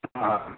ಹಾಂ